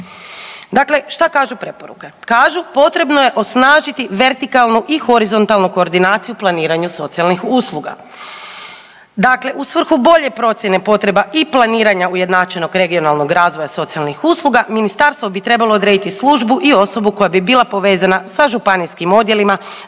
Dakle šta kažu preporuke? Kažu potrebno je snažiti vertikalnu i horizontalnu koordinaciju u planiranju socijalnih usluga. Dakle u svrhu bolje procjene potreba i planiranja ujednačenog regionalnog razvoja socijalnih usluga, Ministarstvo bi trebalo odrediti službu i osobu koja bi bila povezana za županijskim odjelima